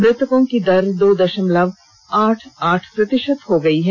मृतकों की दर दो दशमलव आठ आठ प्रतिशत हो गई है